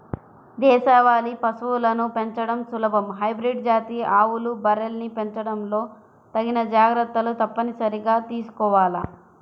దేశవాళీ పశువులను పెంచడం సులభం, హైబ్రిడ్ జాతి ఆవులు, బర్రెల్ని పెంచడంలో తగిన జాగర్తలు తప్పనిసరిగా తీసుకోవాల